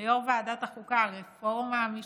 ויו"ר ועדת החוקה הרפורמה המשפטית.